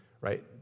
right